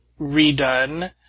redone